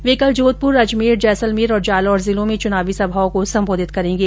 वे कल जोधपुर अजमेर जैसलमेर और जालौर जिलों में चुनावी सभाओं को संबोधित करेंगे